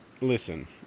listen